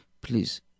please